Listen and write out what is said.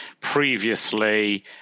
previously